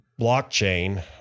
blockchain